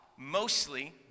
Mostly